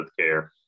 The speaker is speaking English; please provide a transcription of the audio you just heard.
healthcare